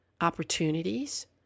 opportunities